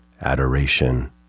adoration